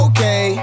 Okay